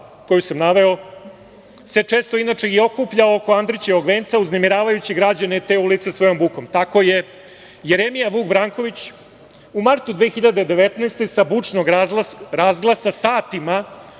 koju sam naveo se često inače okuplja oko Andrićevog venca uznemiravajući građane te ulice svojom bukom. Tako je Jeremija Vuk Branković, u martu 2019. godine, sa bučnog razglasa satima